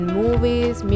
movies